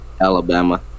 Alabama